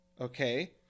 okay